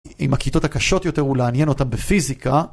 אם הכיתות הקשות יותר הוא לעניין אותם בפיזיקה.